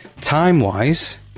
time-wise